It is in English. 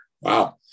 Wow